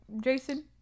Jason